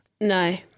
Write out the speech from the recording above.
no